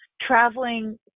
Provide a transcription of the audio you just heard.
Traveling